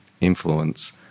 influence